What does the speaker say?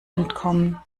entkommen